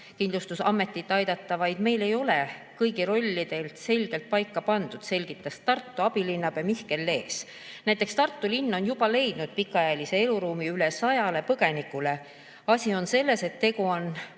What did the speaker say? Sotsiaalkindlustusametit aidata, vaid meil ei ole kõigi rolle selgelt paika pandud," selgitas Tartu abilinnapea Mihkel Lees. "Näiteks Tartu linn on juba leidnud pikaajalise eluruumi üle 100 põgenikule. Asi on selles, et tegu on